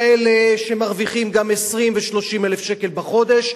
כאלה שמרוויחים גם 20,000 ו-30,000 שקל בחודש,